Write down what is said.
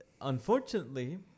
Unfortunately